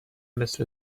مثل